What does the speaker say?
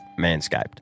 Manscaped